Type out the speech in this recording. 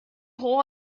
hole